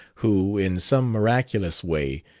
who, in some miraculous way,